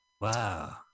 Wow